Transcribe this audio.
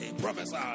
Prophesy